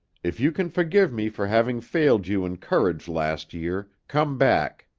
if you can forgive me for having failed you in courage last year, come back.